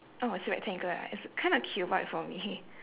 oh it's rectangle ah it's kinda cuboid for me